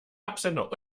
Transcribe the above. absender